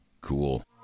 Cool